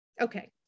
Okay